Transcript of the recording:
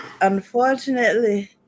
unfortunately